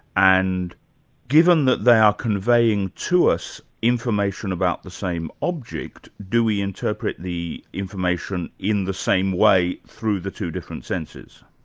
and given that they are conveying to us information about the same object, do we interpret the information in the same way through the two different senses?